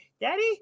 daddy